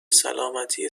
سلامتی